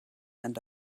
and